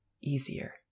easier